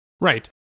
Right